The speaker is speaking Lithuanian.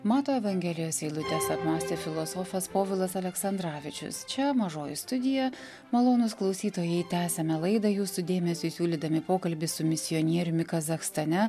mato evangelijos eilutes apmąstė filosofas povilas aleksandravičius čia mažoji studija malonūs klausytojai tęsiame laidą jūsų dėmesiui siūlydami pokalbį su misionieriumi kazachstane